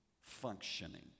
functioning